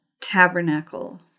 tabernacle